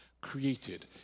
created